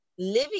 Living